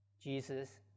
Jesus